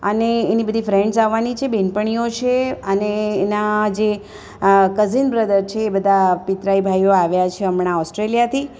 અને એની બધી ફ્રેન્ડસ આવાની છે બેનપણીઓ છે અને એના જે કઝીન બ્રધર છે એ બધા પિત્રાઈ ભાઈઓ આવ્યા છે હમણાં ઑસ્ટ્રેલિયાથી